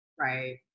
Right